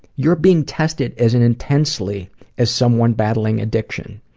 you're being tested as intensely as someone battling addiction.